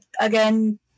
Again